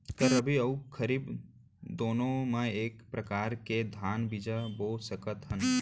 का रबि अऊ खरीफ दूनो मा एक्के प्रकार के धान बीजा बो सकत हन?